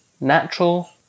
Natural